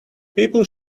people